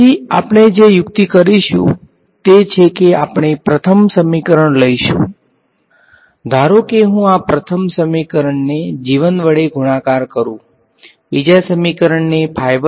તેથી આપણે જે યુક્તિ કરીશું તે છે કે આપણે પ્રથમ સમીકરણ લઈશું ધારો કે હું આ પ્રથમ સમીકરણને વડે ગુણાકાર કરુ બીજા સમીકરણને વડે ગુણાકાર કરું